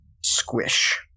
squish